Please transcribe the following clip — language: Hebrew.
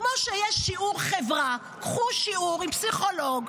כמו שיש שיעור חברה, קחו שיעור עם פסיכולוג,